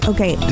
Okay